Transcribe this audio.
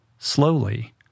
slowly